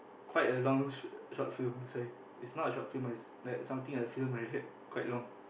quite a long sh~ short film sorry it's not a short film it's like something like a film like that quite long